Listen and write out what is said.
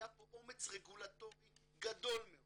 היה פה אומץ רגולטורי גדול מאוד